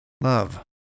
Love